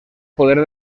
poder